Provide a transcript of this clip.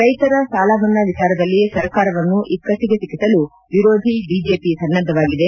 ರೈತರ ಸಾಲಮನ್ನಾ ವಿಚಾರದಲ್ಲಿ ಸರ್ಕಾರವನ್ನು ಇಕ್ಕಟ್ಟಿಗೆ ಸಿಕ್ಕಸಲು ವಿರೋಧಿ ಬಿಜೆಪಿ ಸನ್ನಧವಾಗಿದೆ